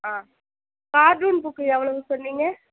ஆ cartoon book எவ்வளவு சொன்னிங்க